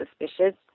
suspicious